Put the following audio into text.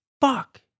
fuck